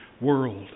world